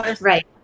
right